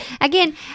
again